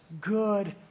good